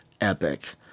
epic